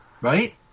right